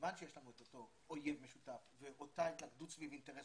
מכיוון שיש לנו את אותו אויב משותף ואותה התלכדות סביב אינטרס